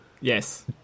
yes